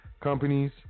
companies